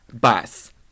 Bus